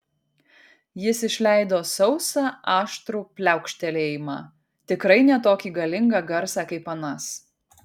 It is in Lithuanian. jis išleido sausą aštrų pliaukštelėjimą tikrai ne tokį galingą garsą kaip anas